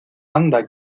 anda